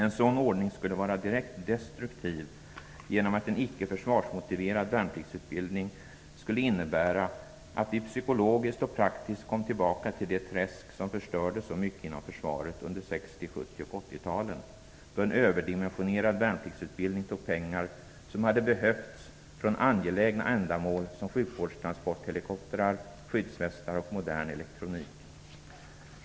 En sådan ordning skulle vara direkt destruktiv genom att en icke försvarsmotiverad värnpliktsutbildning skulle innebära att vi psykologiskt och praktiskt kom tillbaka till det träsk som förstörde så mycket inom försvaret under 60-, 70 och 80-talen, då en överdimensionerad värnpliktsutbildning tog pengar som hade behövts från angelägna ändamål som sjukvårdstransporthelikoptrar, skyddsvästar och modern elektronik.